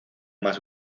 más